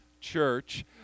church